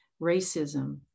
racism